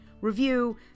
review